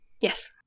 Yes